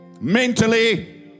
mentally